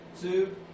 two